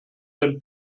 than